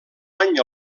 any